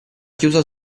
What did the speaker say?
chiusa